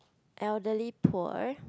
elderly poor